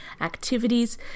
activities